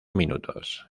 minutos